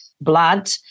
blood